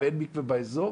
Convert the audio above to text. ואין מקווה באיזור,